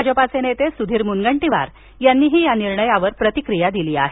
भाजपाचे नेते सुधीर मुनगंटीवार यांनीही या निर्णयावर प्रतिक्रिया दिली आहे